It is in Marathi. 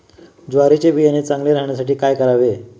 ज्वारीचे बियाणे चांगले राहण्यासाठी काय करावे?